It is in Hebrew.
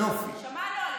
שמענו עליך.